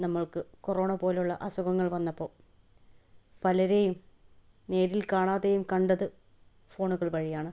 നമ്മൾക്ക് കൊറോണ പോലുള്ള അസുഖങ്ങൾ വന്നപ്പോൾ പലരെയും നേരിൽ കാണാതെയും കണ്ടത് ഫോണുകൾ വഴിയാണ്